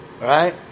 right